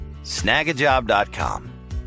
Snagajob.com